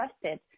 trusted